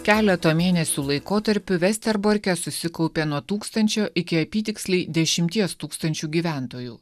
keleto mėnesių laikotarpiu vesterborke susikaupė nuo tūkstančio iki apytiksliai dešimties tūkstančių gyventojų